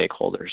stakeholders